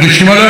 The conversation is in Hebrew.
כמובן,